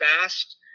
fast